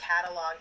catalog